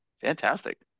Fantastic